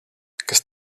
kas